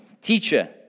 Teacher